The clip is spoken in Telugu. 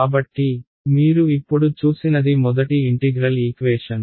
కాబట్టి మీరు ఇప్పుడు చూసినది మొదటి ఇంటిగ్రల్ ఈక్వేషన్